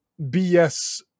BS-